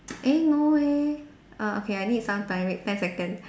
eh no leh err okay I need some time wait ten second